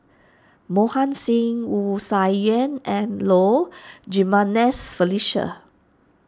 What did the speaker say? Mohan Singh Wu Tsai Yen and Low Jimenez Felicia